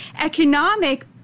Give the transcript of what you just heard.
economic